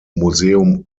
museum